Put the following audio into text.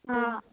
હા